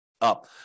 up